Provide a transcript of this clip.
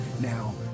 Now